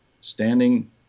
standing